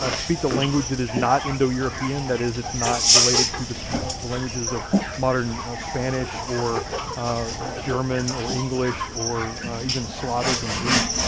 speak a language that is not indo-european, that is, it's not related to the languages of modern spanish or german or english or even slavic and greek.